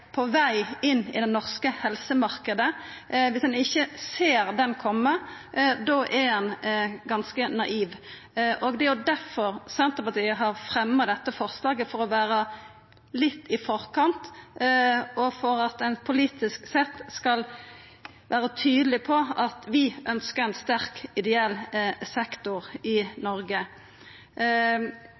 ein ganske naiv. Det er difor Senterpartiet har fremja dette forslaget – for å vera litt i forkant og for at ein politisk sett skal vera tydeleg på at vi ønskjer ein sterk ideell sektor i Noreg.